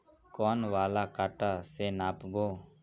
कौन वाला कटा से नाप बो?